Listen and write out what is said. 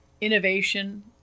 Innovation